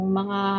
mga